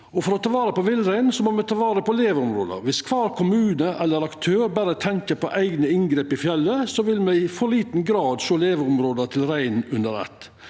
For å ta vare på villreinen må me ta vare på leveområda. Viss kvar kommune eller aktør tenkjer berre på eigne inngrep i fjellet, vil me i for liten grad sjå leveområda til reinen under eitt.